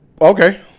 Okay